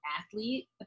athlete